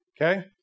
Okay